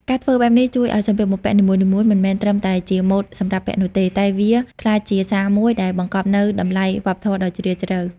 ការធ្វើបែបនេះជួយឲ្យសម្លៀកបំពាក់នីមួយៗមិនមែនត្រឹមតែជាម៉ូដសម្រាប់ពាក់នោះទេ តែវាក្លាយជាសារមួយដែលបង្កប់នូវតម្លៃវប្បធម៌ដ៏ជ្រាលជ្រៅ។